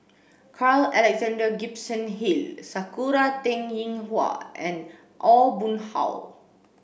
Carl Alexander Gibson Hill Sakura Teng Ying Hua and Aw Boon Haw